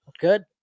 Good